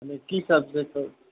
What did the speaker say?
কি ছাবজেক্টত